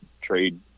trade